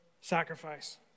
sacrifice